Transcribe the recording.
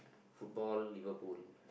football Liverpool